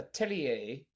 atelier